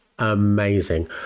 Amazing